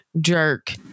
jerk